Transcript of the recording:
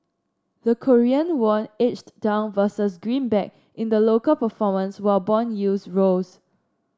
the Korean won edged down versus greenback in the local performance while bond yields rose